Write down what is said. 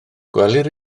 gwelir